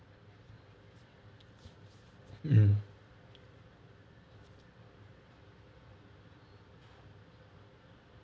um